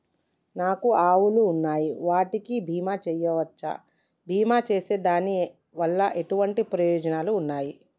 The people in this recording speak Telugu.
నాకు ఆవులు ఉన్నాయి వాటికి బీమా చెయ్యవచ్చా? బీమా చేస్తే దాని వల్ల ఎటువంటి ప్రయోజనాలు ఉన్నాయి?